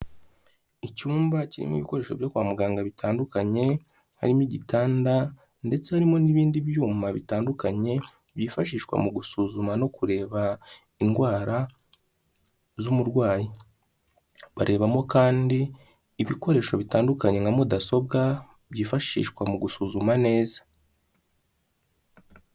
Icyumba kirimo ibikoresho byo kwa muganga bitandukanye harimo igitanda ndetse harimo n'ibindi byuma bitandukanye byifashishwa mu gusuzuma no kureba indwara z'umurwayi, barebamo kandi ibikoresho bitandukanye nka mudasobwa byifashishwa mu gusuzuma neza.